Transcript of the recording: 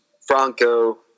Franco